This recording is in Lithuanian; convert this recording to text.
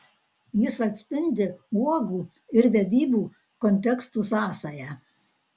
jis atspindi uogų ir vedybų kontekstų sąsają